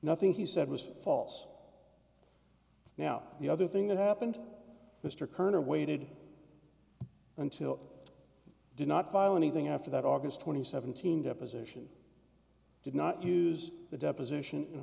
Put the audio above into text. nothing he said was false now the other thing that happened mr kerner waited until i did not file anything after that aug twenty seventeen deposition did not use the deposition in